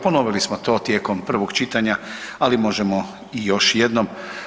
Ponovili smo to tijekom prvog čitanja, ali možemo i još jednom.